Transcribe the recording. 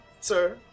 sir